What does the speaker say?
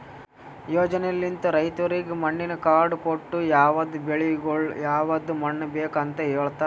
ಯೋಜನೆಲಿಂತ್ ರೈತುರಿಗ್ ಮಣ್ಣಿನ ಕಾರ್ಡ್ ಕೊಟ್ಟು ಯವದ್ ಬೆಳಿಗೊಳಿಗ್ ಯವದ್ ಮಣ್ಣ ಬೇಕ್ ಅಂತ್ ಹೇಳತಾರ್